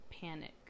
panic